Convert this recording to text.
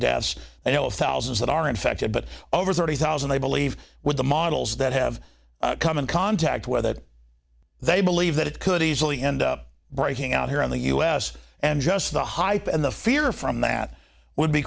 deaths i know of thousands that are infected but over thirty thousand i believe with the models that have come in contact with that they believe that it could easily end up breaking out here in the u s and just the hype and the fear from that would